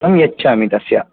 तं यच्छामि तस्य